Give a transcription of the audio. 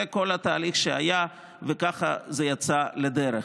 זה כל התהליך שהיה, וככה זה יצא לדרך.